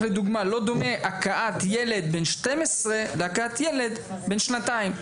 כך לדוגמה לא דומה הכאת ילד בן 12 להכאת ילד בן שנתיים".